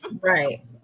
Right